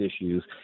issues